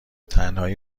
تنهایی